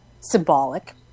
symbolic